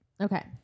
Okay